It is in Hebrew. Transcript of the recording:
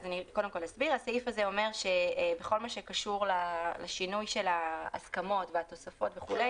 הסעיף הזה אומר שבכל מה שקשור לשינוי של ההסכמות והתוספות וכו',